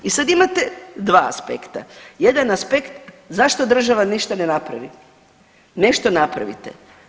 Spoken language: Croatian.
I sad imate dva aspekta, jedan aspekt zašto država ništa ne napravi, nešto napravite.